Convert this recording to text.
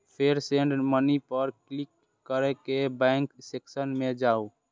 फेर send money पर click कैर के बैंक सेक्शन मे जाउ